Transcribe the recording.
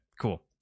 cool